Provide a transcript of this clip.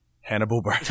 Hannibal